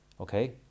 okay